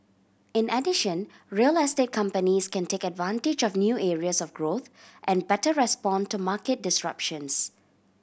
in addition real estate companies can take advantage of new areas of growth and better respond to market disruptions